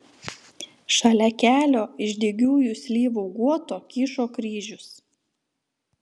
šalia kelio iš dygiųjų slyvų guoto kyšo kryžius